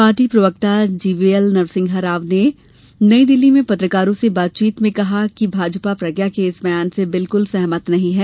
party प्रवक्ता GVL Narasimha Rao ने नई दिल्ली में पत्रकारों से बातचीत में कहा कि भाजपा प्रज्ञा के इस बयान से बिल्कुल सहमत नहीं हैं